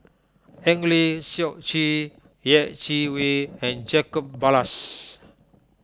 Eng Lee Seok Chee Yeh Chi Wei and Jacob Ballas